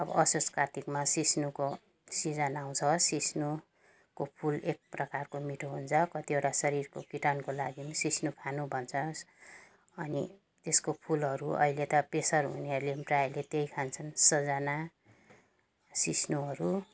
अब असोज कार्तिकमा सिस्नुको सिजन आउँछ सिस्नुको फुल एक प्रकारको मिठो हुन्छ कतिवटा शरीरको किटाणुको लागि सिस्नु खानु भन्छ अनि यसको फुलहरू अहिले त प्रेसर हुनेहरूले पनि प्रायःले त्यही खान्छन् सजना सिस्नुहरू